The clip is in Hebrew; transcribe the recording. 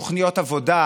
תוכניות עבודה,